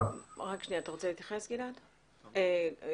אתה רוצה להתייחס, תומר?